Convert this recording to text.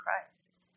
Christ